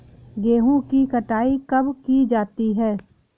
गेहूँ की कटाई कब की जाती है?